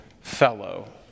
fellow